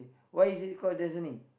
why is it call Dasani